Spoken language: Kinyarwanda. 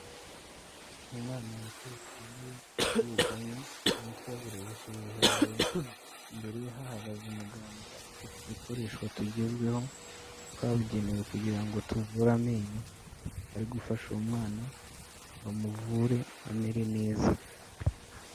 Umwana wicaye ku ntebe yigamye, umutwe yawurebesheje hejuru, imbere hahagaze umuganga ufite udukoresho tugezweho, twabugenewe kugira ngo tuvure amenyo, ari gufasha uwo mwana ngo amuvure amere neza.